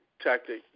tactic